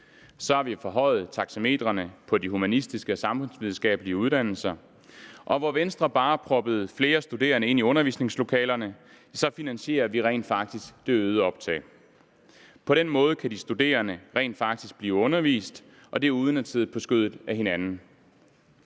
Så har vi forhøjet taxametrene på de humanistiske og samfundsvidenskabelige uddannelser. Og hvor Venstre bare proppede flere studerende ind i undervisningslokalerne, finansierer vi rent faktisk det øgede optag. På den måde kan de studerende rent faktisk blive undervist uden at sidde på skødet af hinanden.